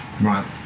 Right